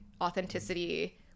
authenticity